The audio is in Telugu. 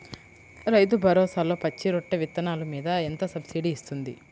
రైతు భరోసాలో పచ్చి రొట్టె విత్తనాలు మీద ఎంత సబ్సిడీ ఇస్తుంది?